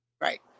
Right